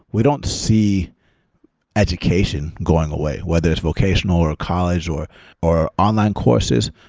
we don't see education going away, whether it's vocational or college or or online courses.